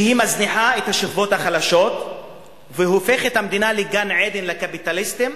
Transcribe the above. שהיא מזניחה את השכבות החלשות והופכת את המדינה גן-עדן לקפיטליסטים,